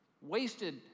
wasted